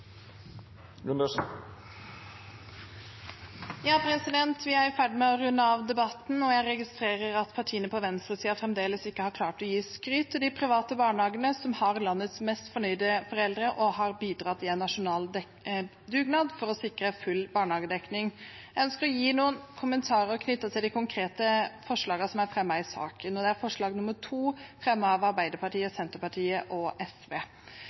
mulig velferdstilbud. Vi er i ferd med å runde av debatten. Jeg registrerer at partiene på venstresiden fremdeles ikke har klart å gi skryt til de private barnehagene, som har landets mest fornøyde foreldre, og som har bidratt i en nasjonal dugnad for å sikre full barnehagedekning. Jeg ønsker å knytte noen kommentarer til de konkrete forslagene som er fremmet i saken. Det gjelder forslag nr. 2, fremmet av Arbeiderpartiet, Senterpartiet og